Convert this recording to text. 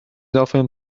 often